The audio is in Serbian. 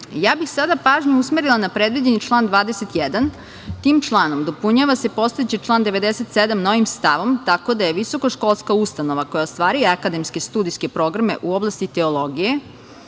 bih sada pažnju usmerila na predviđeni član 21. Tim članom dopunjava se postojeći član 97. novim stavom, tako daje visokoškolska ustanova, koja ostvaruje akademske studijske programe u oblasti teologije,